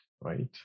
right